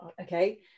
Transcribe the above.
Okay